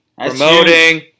promoting